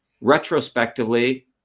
retrospectively